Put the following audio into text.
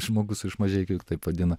žmogus iš mažeikių taip vadina